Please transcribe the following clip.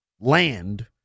land